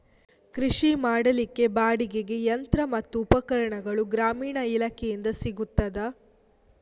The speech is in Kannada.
ಕೃಷಿ ಮಾಡಲಿಕ್ಕೆ ಬಾಡಿಗೆಗೆ ಯಂತ್ರ ಮತ್ತು ಉಪಕರಣಗಳು ಗ್ರಾಮೀಣ ಇಲಾಖೆಯಿಂದ ಸಿಗುತ್ತದಾ?